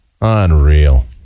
Unreal